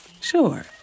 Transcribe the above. Sure